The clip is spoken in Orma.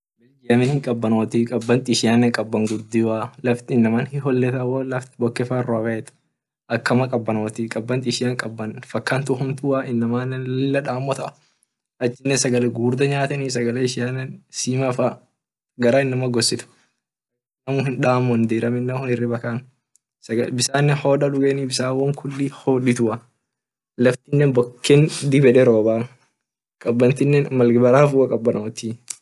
Belgium hinkabanotii kaban ishiane inama hiholeta wo ak bokefa robee akama kabanotii kaban ishian kaban fakan hamtua inamene lila damota achine sagale gugurda nyateni sagale ishiane simafa gara inama gosii ak hindamon bisane hodan dugeni laftine boken lila roba laftine mal barafu kabanotii.